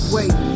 Wait